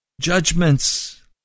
Judgments